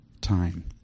time